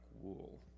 wool